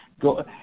go